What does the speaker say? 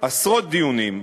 עשרות דיונים,